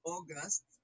August